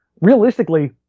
realistically